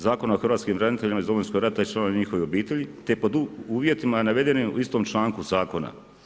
Zakona o hrvatskim braniteljima iz Domovinskog rata i članova njihovih obitelji te pod uvjetima navedenim u istom članku zakona.